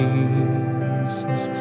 Jesus